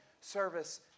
service